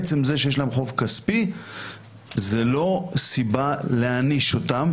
עצם זה שיש להם חוב כספי זו לא סיבה להעניש אותם,